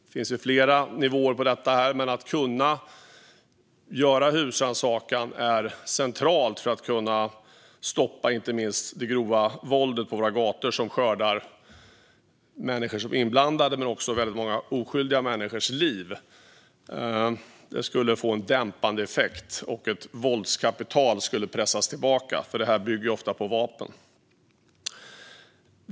Det finns flera nivåer på detta, men att kunna göra husrannsakan är centralt för att kunna stoppa inte minst det grova våldet på våra gator, som skördar inte bara inblandade personers utan också många oskyldiga människors liv. Det skulle kunna få en dämpande effekt, och ett våldskapital skulle pressas tillbaka, för det bygger ofta på vapen.